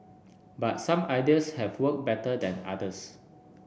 but some ideas have worked better than others